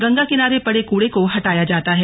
गंगा किनारे पड़े कूड़े को हटाया जाता है